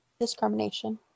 discrimination